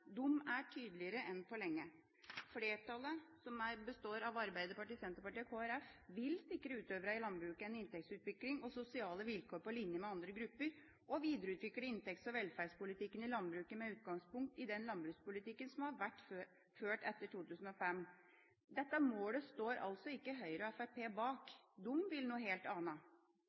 De er tydeligere enn på lenge. Flertallet, som består av Arbeiderpartiet, Senterpartiet og SV, vil sikre utøverne i landbruket en inntektsutvikling og sosiale vilkår på linje med andre grupper og videreutvikle inntekts- og velferdspolitikken i landbruket med utgangspunkt i den landbrukspolitikken som har vært ført etter 2005. Dette målet står ikke Høyre og Fremskrittspartiet bak. De vil noe helt